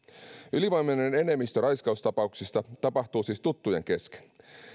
ylivoimainen enemmistö raiskaustapauksista tapahtuu siis tuttujen kesken